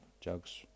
jugs